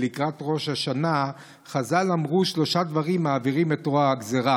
ולקראת ראש השנה חז"ל אמרו ששלושה דברים מעבירים את רוע הגזרה: